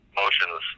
motions